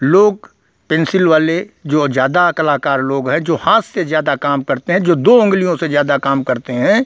लोग पेन्सिल वाले जो ज़्यादा कलाकार लोग हैं जो हाथ से ज़्यादा काम करते हैं जो दो उँगलियों से ज़्यादा काम करते हैं